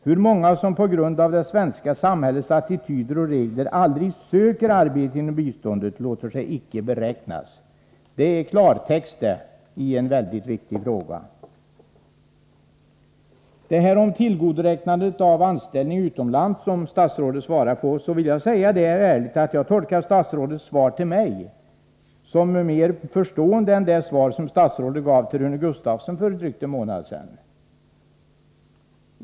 Hur många som på grund av det svenska samhällets attityder och regler aldrig söker arbetet inom biståndet låter sig icke beräknas.” Det är i klartext vad som sägs i denna mycket viktiga fråga. Vad beträffar frågan om tillgodoräknande av anställning utomlands vill jag ärligt säga att jag tolkar statsrådets svar till mig som mer förstående än det svar statsrådet gav till Rune Gustavsson för drygt en månad sedan.